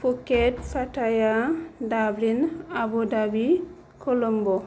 Phuket साताया Dublin Abu Dhabi कलम्ब'